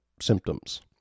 symptoms